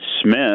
Smith